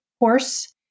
horse